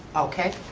okay.